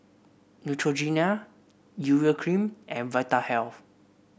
Neutrogena Urea Cream and Vitahealth